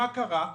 מה קרה?